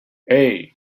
hey